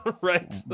Right